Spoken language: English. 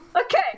Okay